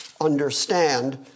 understand